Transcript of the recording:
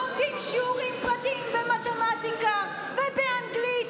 לומדים שיעורים פרטיים במתמטיקה ובאנגלית